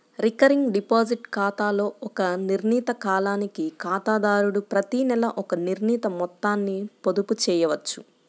recurring deposit ఖాతాలో ఒక నిర్ణీత కాలానికి ఖాతాదారుడు ప్రతినెలా ఒక నిర్ణీత మొత్తాన్ని పొదుపు చేయవచ్చు